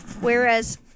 Whereas